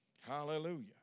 Hallelujah